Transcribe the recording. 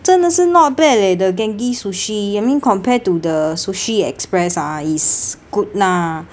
真的是 not bad leh the genki sushi you mean compared to the sushi express ah is good lah